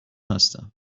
هستم